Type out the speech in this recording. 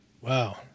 Wow